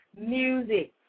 music